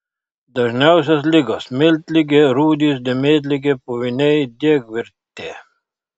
dažniausios ligos miltligė rūdys dėmėtligė puviniai diegavirtė